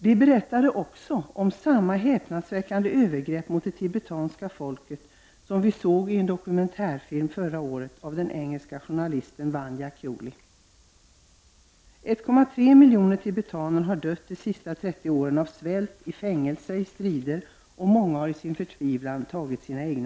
De berättade om samma häpnadsväckande övergrepp mot det tibetanska folket som vi såg i en dokumentärfilm förra året av den engelska journalisten Vanya Kewley. Under de senaste 30 åren har 1,3 miljoner tibetaner dött av svält, i fängelse och under strider. Många har i sin förtvivlan tagit sina liv.